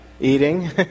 Eating